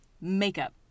makeup